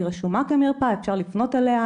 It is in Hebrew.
היא רשומה כמרפאה ואפשר לפנות אליה,